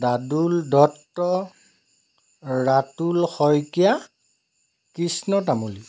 Dadul Dutta Ratul Saikia Krishna Tamuli